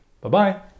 Bye-bye